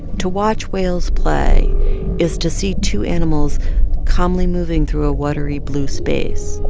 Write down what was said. to watch whales play is to see two animals calmly moving through a watery, blue space,